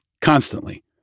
constantly